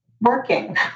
working